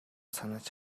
санаж